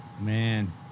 man